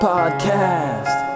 Podcast